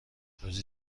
روزی